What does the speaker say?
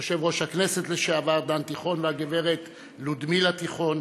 יושב-ראש הכנסת לשעבר דן תיכון והגברת לודמילה תיכון,